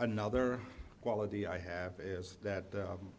another quality i have is that